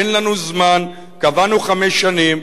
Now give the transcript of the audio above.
אין לנו זמן, קבענו חמש שנים.